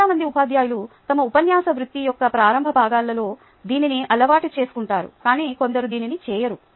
చాలా మంది ఉపాధ్యాయులు తమ ఉపన్యాస వృత్తి యొక్క ప్రారంభ భాగాలలో దీనిని అలవాటు చేసుకుంటారు కాని కొందరు దీనిని చేయరు